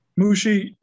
Mushi